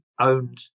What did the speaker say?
owned